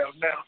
now